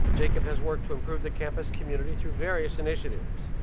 jacob has worked to improve the campus community through various initiatives.